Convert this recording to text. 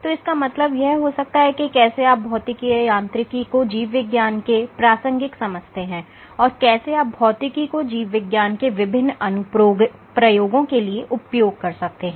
तो इसका मतलब यह हो सकता है कि कैसे आप भौतिकी या यांत्रिकी को जीव विज्ञान के प्रासंगिक समझते है और कैसे आप भौतिकी को जीव विज्ञान के विभिन्न अनुप्रयोगों के लिए उपयोग कर सकते हैं